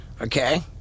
Okay